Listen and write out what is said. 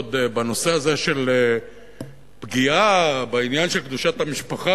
עוד בנושא הזה של פגיעה בעניין של קדושת המשפחה,